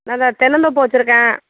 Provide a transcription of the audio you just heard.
தென்னந்தோப்பு வச்சுருக்கேன்